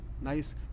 nice